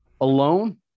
alone